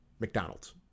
McDonald's